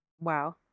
Wow